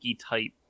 type